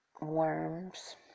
worms